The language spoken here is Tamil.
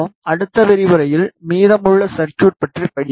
அடுத்த விரிவுரையில் மீதமுள்ள சர்குய்ட் பற்றி படிப்போம்